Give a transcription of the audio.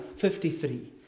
53